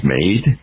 made